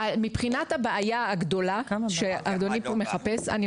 מבחינת הבעיה הגדולה שאדוני כאן מחפש אני